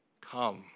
Come